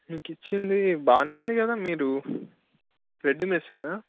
మీకు ఇచ్చింది బాగానే ఉంది కదా మీరు రెడ్డి మెస్సేనా